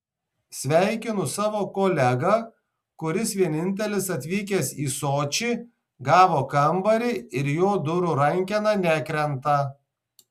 sveikinu savo kolegą kuris vienintelis atvykęs į sočį gavo kambarį ir jo durų rankena nekrenta